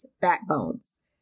backbones